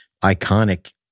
iconic